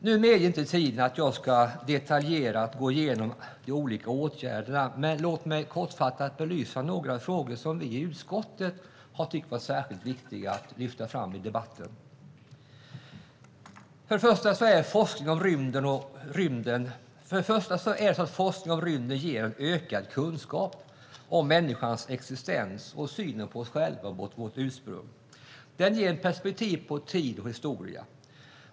Tiden medger inte att jag detaljerat går igenom de olika åtgärderna, men låt mig kortfattat belysa några frågor som vi i utskottet har tyckt varit särskilt viktiga att lyfta fram i debatten. För det första är det så att forskning om rymden ger ökad kunskap om människans existens och om synen på oss själva och vårt ursprung. Den ger perspektiv på tid och historia.